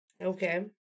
Okay